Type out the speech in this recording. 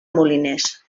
moliners